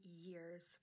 years